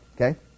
okay